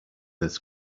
his